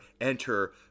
enter